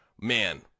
man